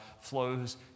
flows